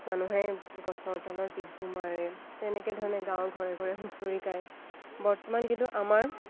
মানুহে গছৰ তলৰ বিহু মাৰে তেনেকৈধৰণে গাঁৱৰ ঘৰে ঘৰে হুঁচৰি গায় বৰ্তমান কিন্তু আমাৰ